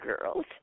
girls